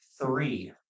three